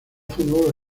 fútbol